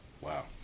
Wow